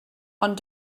ond